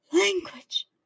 Language